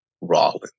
Rollins